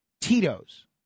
Tito's